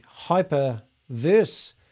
Hyperverse